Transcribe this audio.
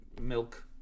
milk